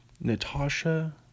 Natasha